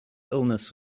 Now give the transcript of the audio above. illness